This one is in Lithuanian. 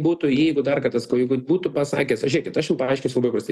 būtų jeigu dar kartą sakau jeigu būtų pasakęs žiūrėkit aš jum paaiškinsiu labai paprastai